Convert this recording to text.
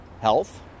health